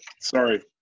Sorry